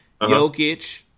Jokic